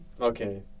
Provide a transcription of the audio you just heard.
okay